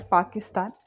Pakistan